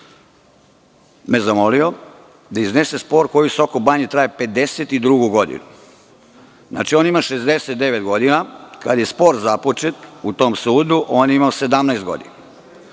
je zamolio da iznesem spor koji u Sokobanji traje 52. godinu. On ima 69 godina, a kada je spor započet u tom sudu, on je imao 17 godina.